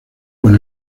con